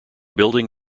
building